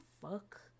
fuck